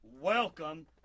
welcome